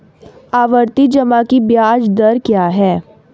आवर्ती जमा की ब्याज दर क्या है?